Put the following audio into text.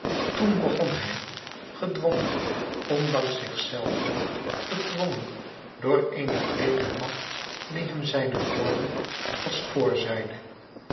toen begon hij gedwongen ondanks zichzelven gedwongen door eene vreemde macht die hem zijne woorden als voorzeide